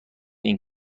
این